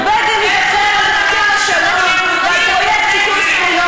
סיעת הבית היהודי תודה, חברת הכנסת מועלם.